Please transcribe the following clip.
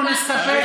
אז אנחנו נסתפק,